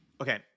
Okay